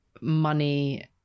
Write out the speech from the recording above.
money